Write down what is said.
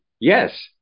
yes